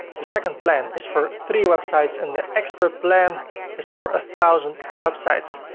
the second plan is for three websites and the expert plan is for a thousand websites.